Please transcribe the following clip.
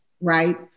right